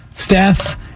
Steph